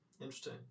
Interesting